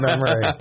memory